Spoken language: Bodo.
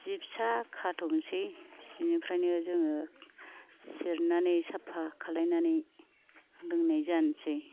जि फिसा खाथबनोसै बेनिफ्राइ नो जोङो सेरनोनै साफा खालायनानै लोंनाय जानोसै